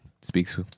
speaks